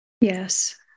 Yes